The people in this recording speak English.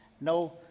no